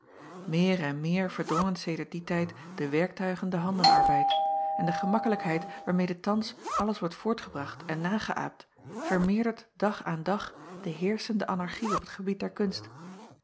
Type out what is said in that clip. eer en meer verdrongen sedert dien tijd de werktuigen den handenarbeid en de gemakkelijkheid waarmede thans alles wordt voortgebracht en nageäapt vermeerdert dag aan dag de heerschende anarchie op t gebied der kunst